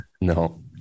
No